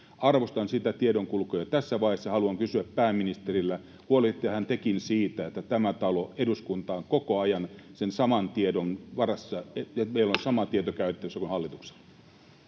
Arvostan sitä tiedonkulkua, ja tässä vaiheessa haluan kysyä pääministeriltä: huolehdittehan tekin siitä, että tämä talo, eduskunta, on koko ajan sen saman tiedon varassa, että meillä on käytettävissä